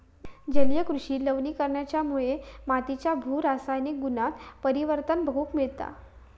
जलीय कृषि लवणीकरणाच्यामुळे मातीच्या भू रासायनिक गुणांत परिवर्तन बघूक मिळता